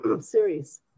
series